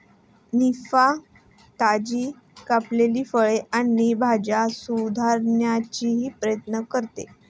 निफा, ताजी कापलेली फळे आणि भाज्या सुधारण्याचाही प्रयत्न करते